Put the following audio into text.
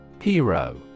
hero